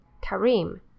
Karim